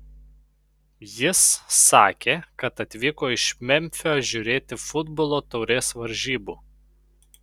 jis sakė kad atvyko iš memfio žiūrėti futbolo taurės varžybų